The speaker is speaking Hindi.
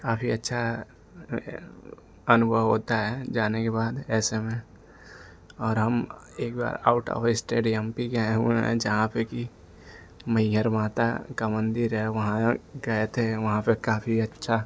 काफ़ी अच्छा अनुभव होता है जाने के बाद ऐसे में और हम एक बार out of study M P गए हुए हैं जहाँ पर कि मैहर माता का मन्दिर है वहाँ गए थे वहाँ पर काफ़ी अच्छा